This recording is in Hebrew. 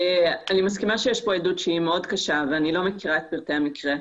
אני מסכימה שיש כאן עדות שהיא מאוד קשה ואני לא מכירה את פרטי המקרה.